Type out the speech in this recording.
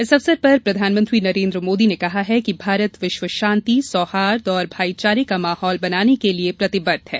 इस अवसर पर प्रधानमंत्री नरेन्द्र मोदी ने कहा है कि भारत विश्व शान्ति सौहार्द और भाईचारे का माहौल बनाने के लिये प्रतिबद्ध है